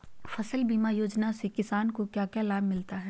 फसल बीमा योजना से किसान को क्या लाभ मिलता है?